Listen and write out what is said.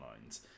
lines